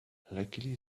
luckily